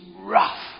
rough